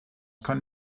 kann